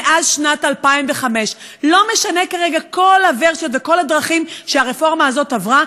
מאז שנת 2005. לא משנה כרגע כל הוורסיות וכל הדרכים שהרפורמה הזאת עברה,